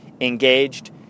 engaged